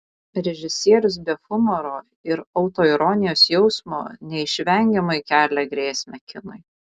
režisierius be humoro ir autoironijos jausmo neišvengiamai kelia grėsmę kinui